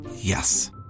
Yes